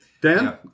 Dan